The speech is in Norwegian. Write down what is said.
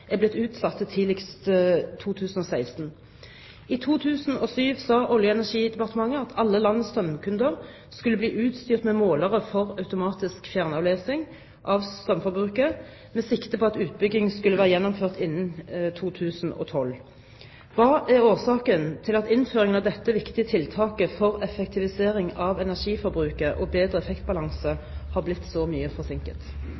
er blitt utsatt til tidligst 2016. I 2007 sa Olje- og energidepartementet at alle landets strømkunder skulle bli utstyrt med målere for automatisk fjernavlesing av strømforbruket med sikte på at utbyggingen skulle være gjennomført innen 2012. Hva er årsaken til at innføringen av dette viktige tiltaket for effektivisering av energiforbruket og bedre